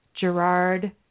Gerard